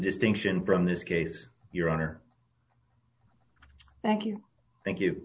distinction from this case your honor thank you thank you